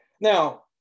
Now